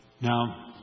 Now